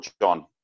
John